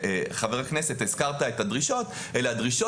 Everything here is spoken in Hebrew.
חבר הכנסת הזכיר את הדרישות אלה הדרישות